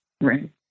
Right